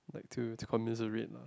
like to to lah